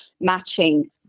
matching